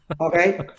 Okay